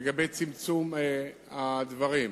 לגבי צמצום הדברים.